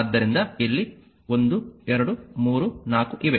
ಆದ್ದರಿಂದ ಇಲ್ಲಿ 1 2 3 4 ಇವೆ